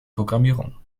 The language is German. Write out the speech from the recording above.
programmierung